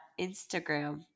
Instagram